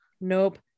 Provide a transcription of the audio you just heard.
Nope